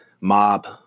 mob